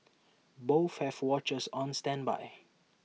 both have watchers on standby